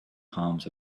palms